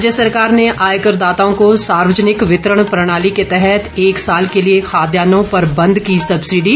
राज्य सरकार ने आयकरदाताओं को सार्वजनिक वितरण प्रणाली के तहत एक साल के लिए खाद्यान्नों पर बंद की सब्सिडी